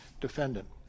defendant